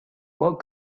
what